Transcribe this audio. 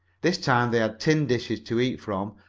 this time they had tin dishes to eat from,